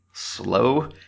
slow